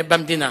במדינה,